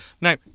Now